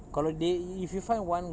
kalau they if you find one